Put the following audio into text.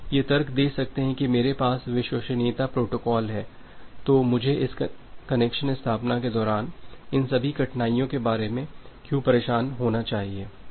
आप यह तर्क दे सकते हैं कि मेरे पास विश्वसनीयता प्रोटोकॉल है तो मुझे इस कनेक्शन स्थापना के दौरान इन सभी कठिनाइयों के बारे में क्यों परेशान होना चाहिए